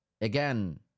again